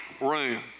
room